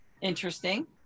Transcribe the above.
interesting